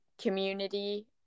community